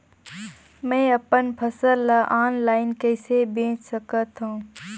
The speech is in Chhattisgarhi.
मैं अपन फसल ल ऑनलाइन कइसे बेच सकथव?